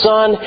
Son